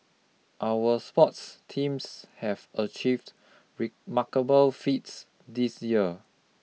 our sports teams have achieved remarkable feats this year